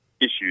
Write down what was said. issues